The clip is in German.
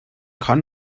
kann